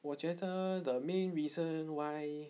我觉得 the main reason why